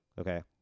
Okay